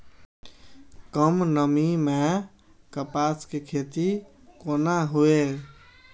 कम नमी मैं कपास के खेती कोना हुऐ?